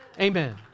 Amen